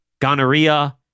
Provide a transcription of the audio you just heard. gonorrhea